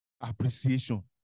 Appreciation